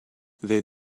they